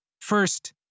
First